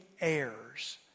heirs